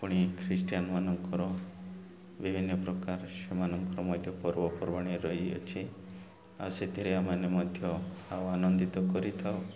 ପୁଣି ଖ୍ରୀଷ୍ଟିଆାନମାନଙ୍କର ବିଭିନ୍ନ ପ୍ରକାର ସେମାନଙ୍କର ମଧ୍ୟ ପର୍ବପର୍ବାଣୀ ରହିଅଛି ଆଉ ସେଥିରେ ଆମମାନେେ ମଧ୍ୟ ଆଉ ଆନନ୍ଦିତ କରିଥାଉ